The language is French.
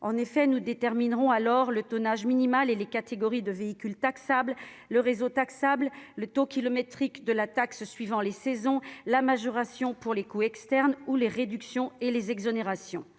En effet, nous déterminerons alors notamment le tonnage minimal et les catégories de véhicules taxables, le réseau concerné, le taux kilométrique de la taxe en fonction des saisons, la majoration pour les coûts externes, ainsi que les réductions et les exonérations.